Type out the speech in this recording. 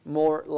more